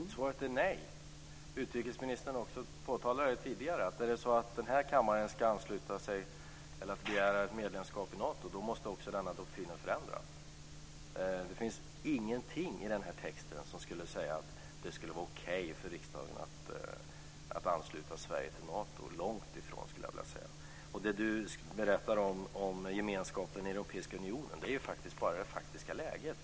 Herr talman! Svaret är nej. Utrikesministern har också tidigare påtalat att om den här kammaren ska ansluta sig till eller begära ett medlemskap i Nato måste denna doktrin förändras. Det finns ingenting i den här texten som säger att det skulle vara okej för riksdagen att ansluta Sverige till Nato - långt därifrån. Det Karl-Göran Biörsmark säger om gemenskapen i den europeiska unionen gäller bara det faktiska läget.